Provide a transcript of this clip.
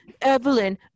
evelyn